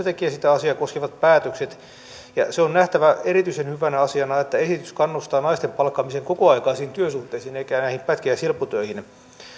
tekee sitä asiaa koskevat päätökset ja se on nähtävä erityisen hyvänä asiana että esitys kannustaa naisten palkkaamiseen kokoaikaisiin työsuhteisiin eikä näihin pätkä ja silpputöihin